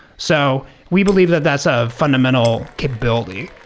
so we believe that that's a fundamental capability.